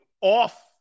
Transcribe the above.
off